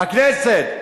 הכנסת.